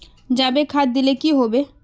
जाबे खाद दिले की होबे?